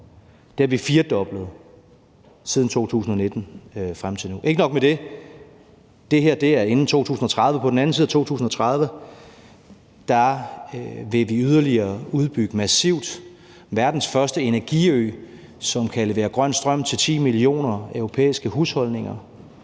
op, har vi firedoblet fra 2019 og frem til nu. Ikke nok med det, vi vil på den anden side af 2030 yderligere udbygge massivt med verdens første energiø, som kan levere grøn strøm til 10 millioner europæiske husholdninger.